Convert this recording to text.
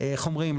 איך אומרים?